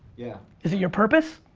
yeah. is it your purpose?